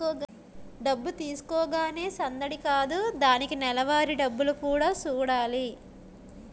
డబ్బు తీసుకోగానే సందడి కాదు దానికి నెలవారీ డబ్బులు కూడా సూడాలి